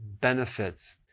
benefits